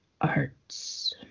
arts